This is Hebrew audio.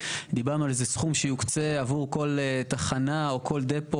דיברנו על איזה סכום שיוקצה עבור כל תחנה או כל דפו